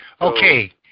Okay